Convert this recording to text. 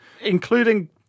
including